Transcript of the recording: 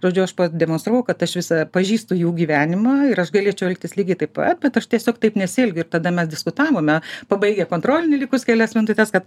žodžiu aš pademonstravau kad aš visa pažįstu jų gyvenimą ir aš galėčiau elgtis lygiai taip pat bet aš tiesiog taip nesielgiu ir tada mes diskutavome pabaigę kontrolinį likus kelias minutes kad